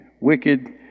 wicked